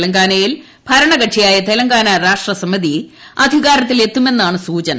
തെലങ്കാനയിൽ ഭരണകക്ഷിയായ തെലങ്കാന രാഷ്ട്ര സമിതി അധികാരത്തിൽ എത്തുമെന്നാണ് സൂചന